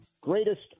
Greatest